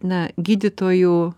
na gydytojų